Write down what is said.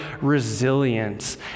resilience